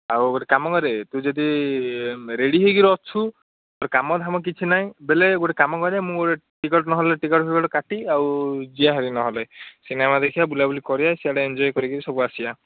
ଆଉ ଗୋଟେ କାମ କରେ ତୁ ଯଦି ରେଡ଼ି ହେଇକିରି ଅଛୁ କାମ ଧାମ କିଛି ନାଇଁ ବେଲେ ଗୋଟେ କାମ କରେ ମୁଁ ଗୋଟେ ଟିକେଟ୍ ନହେଲେ ଟିକେଟ୍ ଫିକେଟ୍ କାଟି ଆଉ ଯିବାହାରି ନହେଲେ ସିନେମା ଆମେ ଦେଖିବା ବୁଲାବୁଲି କରିବା ସିଆଡ଼େ ଏଞ୍ଜୟ କରିକି ସବୁ ଆସିବା